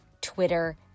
Twitter